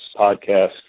podcast